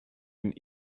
and